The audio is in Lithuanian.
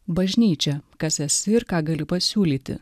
bažnyčia kas esi ir ką gali pasiūlyti